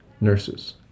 nurses